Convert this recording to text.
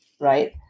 right